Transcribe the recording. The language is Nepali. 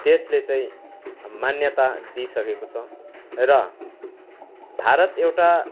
देशले चाहिँ मान्यता दिइसकेको छ र भारत एउटा